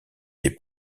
les